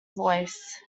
voice